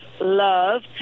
love